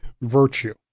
virtue